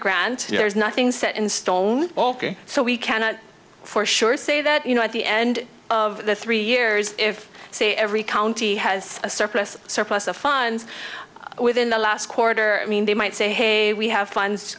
there's nothing set in stone ok so we cannot for sure say that you know at the end of the three years if say every county has a surplus surplus of funds within the last quarter i mean they might say hey we have funds